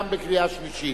גם בקריאה שלישית.